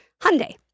Hyundai